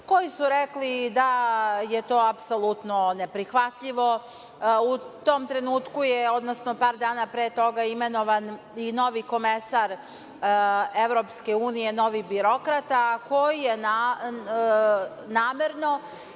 koji su rekli da je to apsolutno neprihvatljivo.U tom trenutku je, odnosno par dana pre toga je imenovan i novi komesar EU, novi birokrata, a koji je namerno